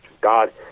God